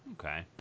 Okay